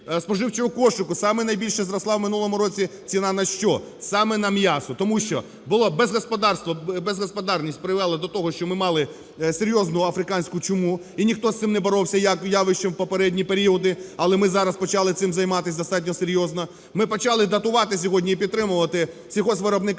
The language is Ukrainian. споживчого кошику, саме найбільше зросла і минулому році ціна на що? Саме на м'ясо. Тому що було, безгосподарність привела до того, що ми мали серйозну африканську чуму, і ніхто з цим не боровся явищем в попередні періоди, але ми зараз почали цим займатись достатньо серйозно. Ми почали дотувати сьогодні, і підтримувати сільгоспвиробника